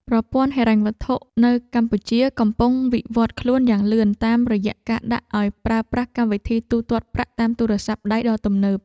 ប្រព័ន្ធហិរញ្ញវត្ថុនៅកម្ពុជាកំពុងវិវត្តខ្លួនយ៉ាងលឿនតាមរយៈការដាក់ឱ្យប្រើប្រាស់កម្មវិធីទូទាត់ប្រាក់តាមទូរស័ព្ទដៃដ៏ទំនើប។